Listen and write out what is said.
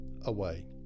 away